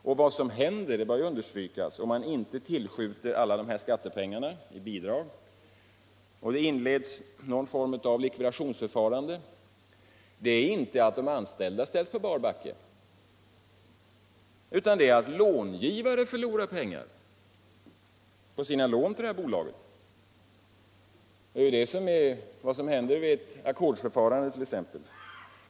Och vad som händer — det bör ju understrykas - om man inte tillskjuter alla de här skattepengarna i bidrag och det inleds någon form av likvidationsförfarande är inte att de anställda kommer på bar backe, utan det är att långivaren förlorar pengar på sina lån till det här bolaget. Det är ju det som t.ex. händer vid ett ackordsförfarande.